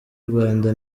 rwanda